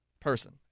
person